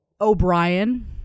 O'Brien